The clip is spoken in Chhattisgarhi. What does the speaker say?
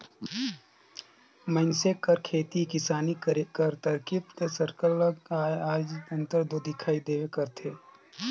मइनसे कर खेती किसानी करे कर तरकीब में सरलग आएज अंतर दो दिखई देबे करथे